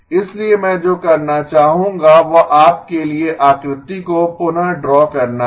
इसलिए मैं जो करना चाहूंगा वह आपके लिए आकृति को पुनः ड्रा करना है